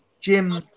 Jim